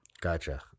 Gotcha